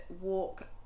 walk